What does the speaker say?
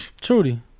Trudy